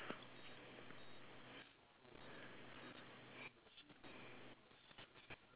then the score board is different right that that